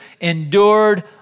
endured